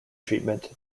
treatment